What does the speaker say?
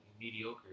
Mediocre